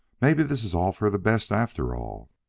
maybe this is all for the best after all!